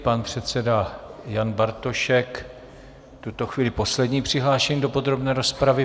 Pan předseda Jan Bartošek, v tuto chvíli poslední přihlášený do podrobné rozpravy.